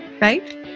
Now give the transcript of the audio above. right